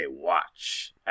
watch